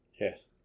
Yes